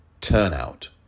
Turnout